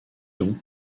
dons